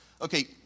Okay